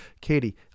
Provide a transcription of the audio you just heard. Katie